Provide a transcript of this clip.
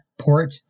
Port